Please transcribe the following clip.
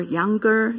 younger